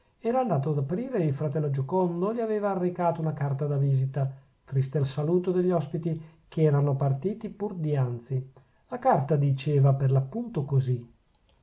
era andato ad aprire e il fratello giocondo gli aveva recata una carta di visita triste saluto degli ospiti che erano partiti pur dianzi la carta diceva per l'appunto così